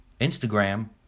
Instagram